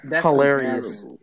hilarious